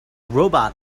robot